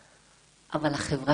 בירושלים, בתל אביב,